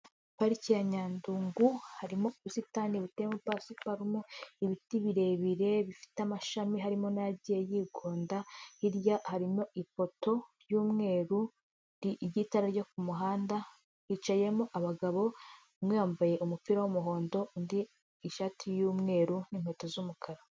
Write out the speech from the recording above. Pariki ya Nyandungu harimo ubusitani buteyemo pasiparume, ibiti birebire, bifite amashami, harimo n'agiye yigonda, hirya harimo ipoto y'umweru ry'itara ryo ku muhanda, hicayemo abagabo umwe yambaye umupira w'umuhondo, undi ishati y'umweru n'inkweto z'umukara.